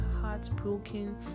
heartbroken